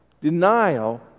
denial